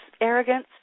arrogance